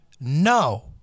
No